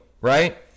right